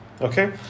okay